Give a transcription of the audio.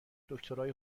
دکترای